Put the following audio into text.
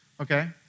Okay